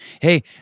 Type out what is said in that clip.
Hey